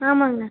ஆமாங்க